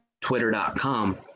twitter.com